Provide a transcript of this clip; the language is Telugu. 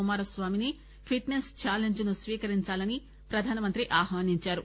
కుమారస్నామిని ఫిట్ నెస్ ఛాలెంజ్ ను స్వీకరించాలని ప్రధానమంత్రి ఆహ్వానించారు